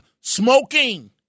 smoking